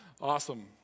Awesome